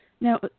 Now